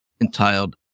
entitled